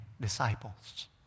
disciples